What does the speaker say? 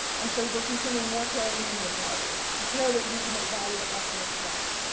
and so you're consuming more care than you might value care that you might value at less than its cost.